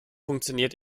funktioniert